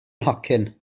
nhocyn